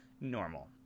normal